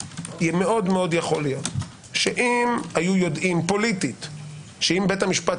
מאוד-מאוד יכול להיות שאם היו יודעים פוליטית שאם בית המשפט